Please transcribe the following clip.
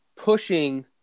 pushing